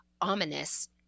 ominous